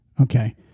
Okay